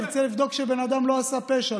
נרצה לבדוק שבן אדם לא עשה פשע,